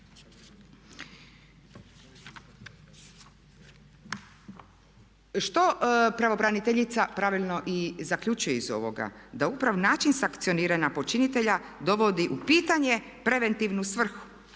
Što pravobraniteljica pravilno i zaključuje iz ovoga? Da upravo način sankcioniranja počinitelja dovodi u pitanje preventivnu svrhu.